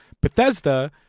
Bethesda